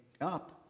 up